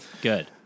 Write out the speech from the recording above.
Good